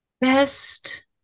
best